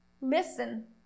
Listen